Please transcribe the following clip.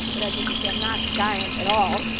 but as you can see, i'm not giant at all.